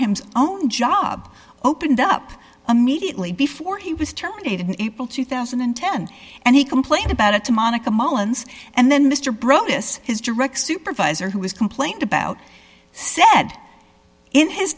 him's own job opened up immediately before he was terminated april two thousand and ten and he complained about it to monica mullins and then mr broadus his direct supervisor who has complained about said in his